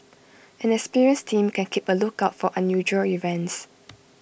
an experienced team can keep A lookout for unusual events